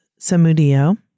Samudio